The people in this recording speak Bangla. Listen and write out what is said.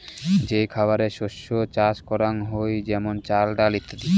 যে খাবারের শস্য চাষ করাঙ হই যেমন চাল, ডাল ইত্যাদি